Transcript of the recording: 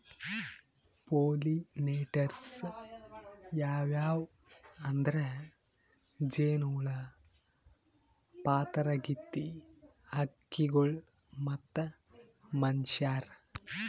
pollinators ಯಾವ್ಯಾವ್ ಅಂದ್ರ ಜೇನಹುಳ, ಪಾತರಗಿತ್ತಿ, ಹಕ್ಕಿಗೊಳ್ ಮತ್ತ್ ಮನಶ್ಯಾರ್